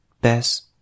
best